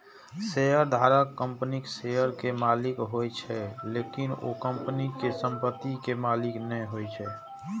शेयरधारक कंपनीक शेयर के मालिक होइ छै, लेकिन ओ कंपनी के संपत्ति के मालिक नै होइ छै